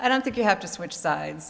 i don't think you have to switch side